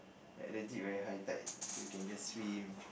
like legit very high tide so you can just swim